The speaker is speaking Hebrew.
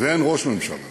ואין ראש ממשלה